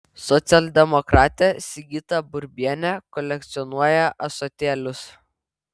socialdemokratė sigita burbienė kolekcionuoja ąsotėlius